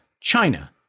China